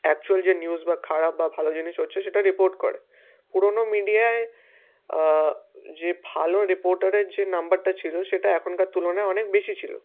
actual যে news বা খারাপ বা ভালো জিনিস হচ্ছে সেটা রিপোর্ট করে পুরনো মিডিয়ায় যে ভালো রিপোর্টারের যে নাম্বারটা ছিল সেটা এখনকার তুলনায় অনেক বেশি ছিল